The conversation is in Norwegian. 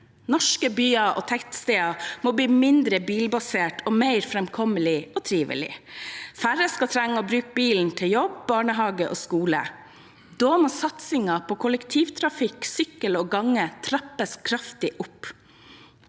Norske byer og tettsteder må bli mindre bilbaserte og mer framkommelige og trivelige. Færre skal trenge å bruke bilen til jobb, barnehage og skole. Da må satsingen på kollektivtrafikk, sykkel og gange trappes kraftig opp.